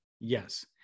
Yes